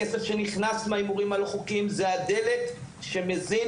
הכסף שנכנס מההימורים הלא חוקיים זה הדלק שמזין